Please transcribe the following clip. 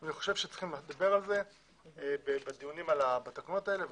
אני חושב שצריכים לדבר על זה בדיונים בתקנות האלה ולחשוב,